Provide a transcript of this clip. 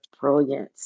brilliance